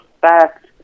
fact